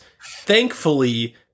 Thankfully